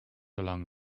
along